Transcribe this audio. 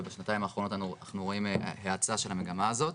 ובשנתיים האחרונות אנחנו רואים האצה של המגמה הזאת.